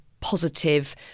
positive